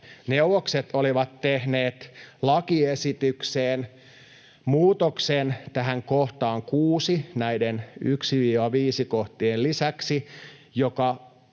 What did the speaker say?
olivat tehneet lakiesitykseen muutoksen tähän kohtaan 6, näiden 1—5 kohtien lisäksi, joka kuului